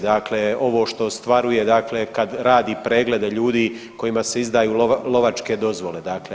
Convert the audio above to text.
Dakle, ovo što ostvaruje kad radi preglede ljudi kojima se izdaju lovačke dozvole, dakle.